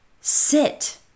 sit